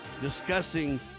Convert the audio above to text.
discussing